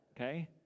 Okay